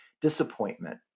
disappointment